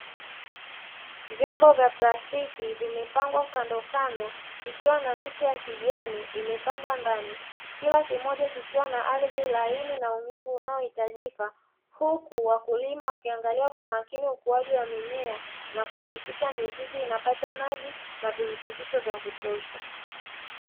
Vyombo vya plastiki vilivyopangwa kando kando kikiwa na miche ya kijani, imepandwa ndani. Kila kimoja kikiwa na ardhi laini na unyevu unyevu unaohitajika, huku wakulima wakiangalia kwa makini ukuwaji wa mimea na kuhakikisha mizizi inapata maji na virutubisho vya kutosha.